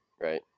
right